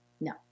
No